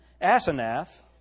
Asenath